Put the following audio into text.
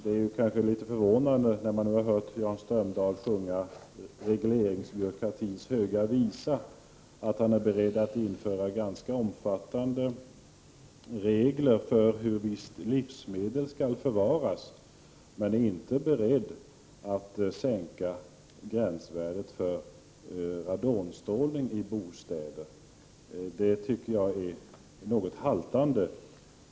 När man hör Jan Strömdahl sjunga regleringsbyråkratins höga visa, är det litet förvånande att också höra att han är beredd att införa ganska omfattande regler för hur livsmedel skall förvaras men inte att sänka gränsvärdet för radonstrålning i bostäder. Det tycker jag är något haltande.